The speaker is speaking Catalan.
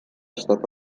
estat